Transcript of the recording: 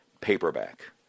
paperback